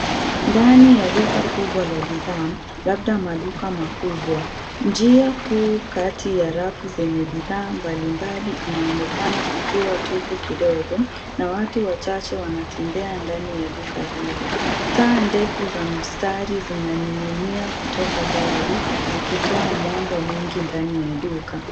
Ndani ya duka kubwa la bidhaa, labda maduka makubwa. Njia kuu kati ya rafu zenye bidhaa mbalimbali inaonekana ikiwa tupu kidogo na watu wachache wanatembea ndani ya duka hilo. Taa ndefu za mistari zinaning'inia kutoka dari zikitoa mwanga mwingi ndani ya duka.